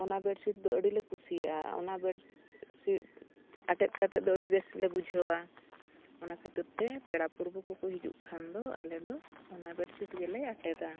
ᱚᱱᱟ ᱵᱮᱰᱥᱤᱴ ᱫᱚ ᱟᱹᱰᱤᱞᱮ ᱠᱩᱥᱤᱭᱟᱜᱼᱟ ᱚᱱᱟ ᱵᱮᱰᱥᱤᱴ ᱟᱴᱮᱫ ᱠᱟᱛᱮᱫ ᱫᱚ ᱟᱹᱰᱤ ᱵᱮᱥᱞᱮ ᱵᱩᱡᱷᱟᱹᱣᱟ ᱚᱱᱟ ᱠᱷᱟᱹᱛᱤᱨᱛᱮ ᱯᱮᱲᱟ ᱯᱩᱨᱵᱷᱩ ᱠᱚᱠᱚ ᱦᱤᱡᱩᱜ ᱠᱷᱟᱱ ᱫᱚ ᱟᱞᱮᱫᱚ ᱚᱱᱟ ᱵᱮᱰᱥᱤᱴ ᱜᱮᱞᱮ ᱟᱴᱮᱫᱟ